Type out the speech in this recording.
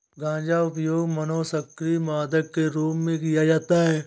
गांजा उपयोग मनोसक्रिय मादक के रूप में किया जाता है